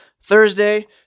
Thursday